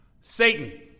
Satan